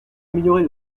améliorer